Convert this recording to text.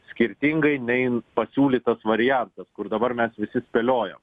skirtingai nei pasiūlytas variantas kur dabar mes visi spėliojam